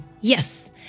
Yes